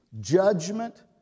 judgment